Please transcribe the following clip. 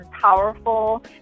powerful